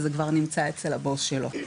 שזה כבר נמצא אצל הבוס שלו.